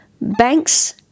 Banks